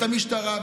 את המשטרה,